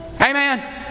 Amen